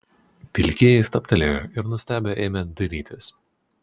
pilkieji stabtelėjo ir nustebę ėmė dairytis